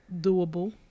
doable